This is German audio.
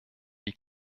wie